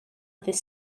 ddydd